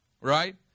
Right